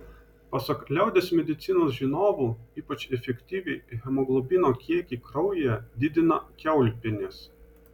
pasak liaudies medicinos žinovų ypač efektyviai hemoglobino kiekį kraujyje didina kiaulpienės